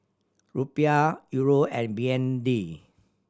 Rupiah Euro and B N D